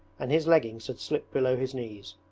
and his leggings had slipped below his knees.